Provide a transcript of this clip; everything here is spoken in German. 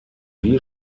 wie